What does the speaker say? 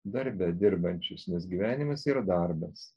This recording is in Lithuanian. darbe dirbančius nes gyvenimas yra darbas